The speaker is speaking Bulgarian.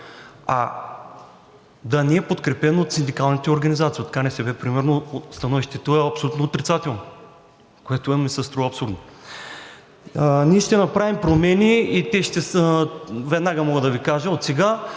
а да не е подкрепен от синдикалните организации – от КНСБ примерно становището е абсолютно отрицателно, което ми се струва абсурдно. Ние ще направим промени и те ще са – веднага мога да Ви кажа, отсега